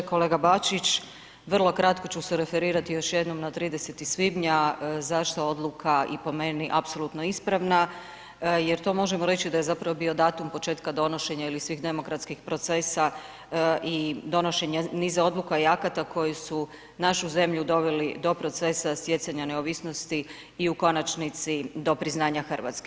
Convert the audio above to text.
Kolega Bačić, vrlo kratko ću se referirati još jednom na 30 svibnja zašto odluka i po meni apsolutno ispravna jer to možemo reći da je zapravo bio datum početka donošenja ili svih demokratskih procesa i donošenja niza odluka i akata koji su našu zemlju doveli do procesa stjecanja neovisnosti i u konačnici do priznanja Hrvatske.